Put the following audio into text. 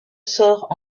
sort